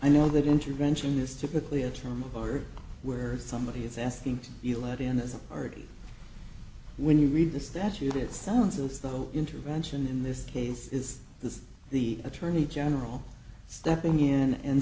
i know that intervention is typically a term or where somebody is asking you laddie and when you read the statute it sounds as though intervention in this case is this is the attorney general stepping in and